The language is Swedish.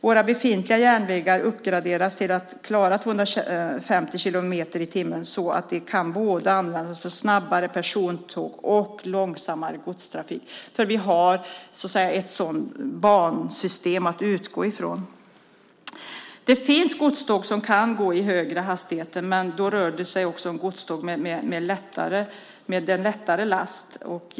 Våra befintliga järnvägar uppgraderas till att klara 250 kilometer i timmen så att de kan användas både för snabbare persontåg och för långsammare godstrafik. Vi har ett sådant bansystem att utgå från. Det finns godståg som kan gå med högre hastigheter, men då rör det sig om godståg med en lättare last.